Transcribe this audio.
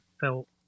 felt